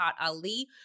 Ali